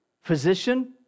Physician